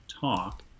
talk